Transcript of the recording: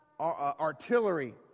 artillery